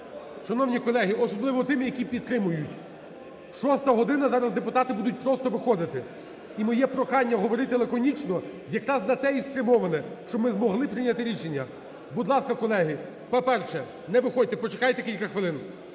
Шановні колеги, особливо тим, які підтримують: шоста година, зараз депутати будуть просто виходити. І моє прохання говорити лаконічно якраз на те і спрямоване, щоб ми змогли прийняти рішення. Будь ласка, колеги, по-перше, не виходьте, почекайте кілька хвилин.